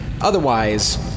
Otherwise